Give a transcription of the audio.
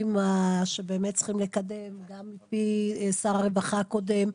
שבאמת צריכים לקדם גם מפי שר הרווחה הקודם,